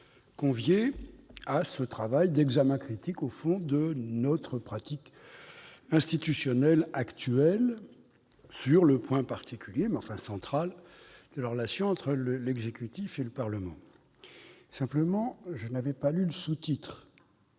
convient à un travail d'examen critique de la pratique institutionnelle actuelle sur le point particulier, mais central, de la relation entre l'exécutif et le Parlement. Toutefois, je n'avais pas lu le sous-titre,